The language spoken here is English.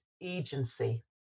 agency